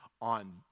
on